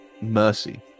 mercy